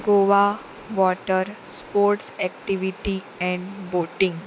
Goa water sports activity and boating